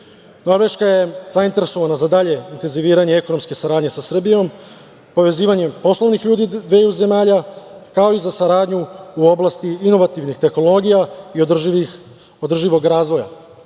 Norveška je zainteresovana za dalje intenziviranje ekonomske saradnje sa Srbijom, povezivanjem poslovnih ljudi dveju zemalja, kao i za saradnju u oblasti inovativnih tehnologija i održivog razvoja. Takođe,